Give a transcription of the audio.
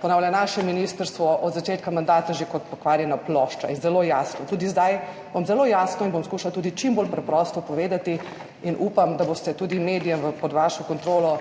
ponavlja naše ministrstvo od začetka mandata že kot pokvarjena plošča. Je zelo jasno in tudi zdaj bom zelo jasna in bom skušala tudi čim bolj preprosto povedati in upam, da boste tudi medijem pod vašo kontrolo